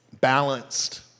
balanced